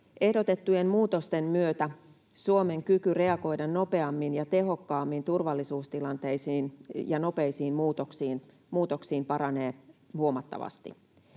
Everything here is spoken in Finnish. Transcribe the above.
Ehdotettujen muutosten myötä Suomen kyky reagoida nopeammin ja tehokkaammin turvallisuustilanteisiin ja nopeisiin muutoksiin paranee huomattavasti.